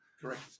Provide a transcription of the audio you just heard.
Correct